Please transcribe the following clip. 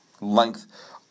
length